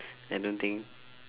I don't think